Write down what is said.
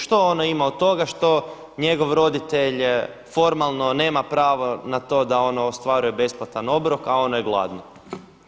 Što ono ima od toga što njegov roditelj formalno nema pravo na to da ona ostvaruje besplatan obrok, a ono je gladno?